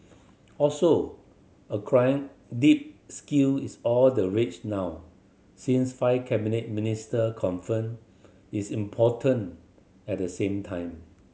also acquiring deep skill is all the rage now since five cabinet minister confirmed its important at the same time